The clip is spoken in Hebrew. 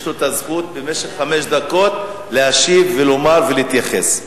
יש לו הזכות במשך חמש דקות להשיב ולומר ולהתייחס.